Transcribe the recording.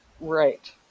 Right